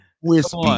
whiskey